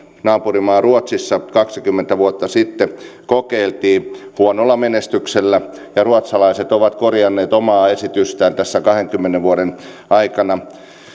naapurimaa ruotsissa kaksikymmentä vuotta sitten kokeiltiin huonolla menestyksellä ruotsalaiset ovat korjanneet omaa esitystään tässä kahdenkymmenen vuoden aikana